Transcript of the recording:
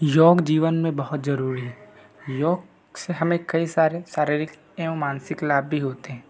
योग जीवन मे बहुत जरूरी है योग से हमें कई सारी शारीरक एवं मानसिक लाभ भी होते हैं